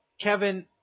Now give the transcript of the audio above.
Kevin